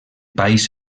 país